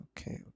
okay